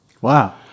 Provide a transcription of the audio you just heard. Wow